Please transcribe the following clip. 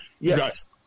yes